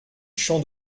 chant